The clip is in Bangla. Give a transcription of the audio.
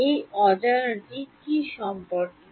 এই অজানা কি সম্পর্কিত